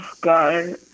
God